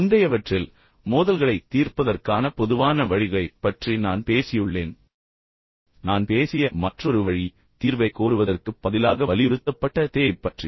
முந்தையவற்றில் மோதல்களைத் தீர்ப்பதற்கான பொதுவான வழிகளைப் பற்றி நான் பேசியுள்ளேன் குறிப்பாக நான் பேசிய மற்றொரு வழி தீர்வை கோருவதற்குப் பதிலாக வலியுறுத்தப்பட்ட தேவையைப் பற்றி